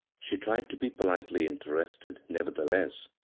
she tried to be politely interested, nevertheless,